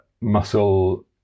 muscle